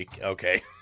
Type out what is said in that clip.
Okay